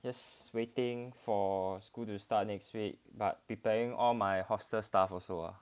yes waiting for school to start next week but preparing all my hostel stuff also